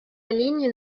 ligne